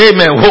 Amen